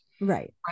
Right